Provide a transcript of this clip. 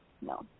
No